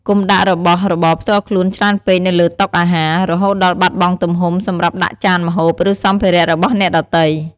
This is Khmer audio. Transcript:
កុំដាក់របស់របរផ្ទាល់ខ្លួនច្រើនពេកនៅលើតុអាហារ រហូតដល់បាត់បង់ទំហំសម្រាប់ដាក់ចានម្ហូប ឬសម្ភារៈរបស់អ្នកដទៃ។